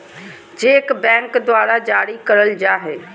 cheque bank द्वारा जारी करल जाय हय